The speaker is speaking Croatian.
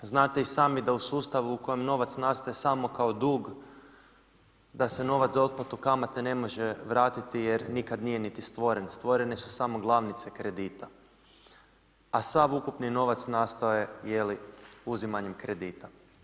Znate i sami da u sustavu u kojem novac nastaje samo kao dug, da se novac za otplatu kamate ne može vrati jer nikad nije niti stvoren, jer stvorene su samo glavnice kredita, a sav ukupni novac nastao je jeli uzimanjem kredita.